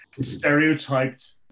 stereotyped